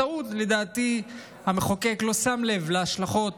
לדעתי בטעות המחוקק לא שם לב להשלכות